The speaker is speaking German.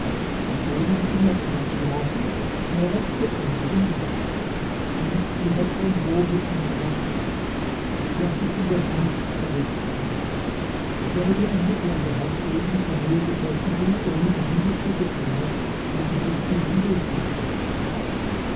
von denen immer zwei schlafen während die anderen wachen denn sie wechseln so miteinander ab laß dich indes dadurch nicht bekümmern ich werde dir ein mittel an die hand geben vermöge dessen du ohne die mindeste gefahr mitten durch sie hindurchgehen kannst